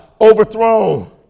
overthrown